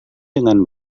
dengan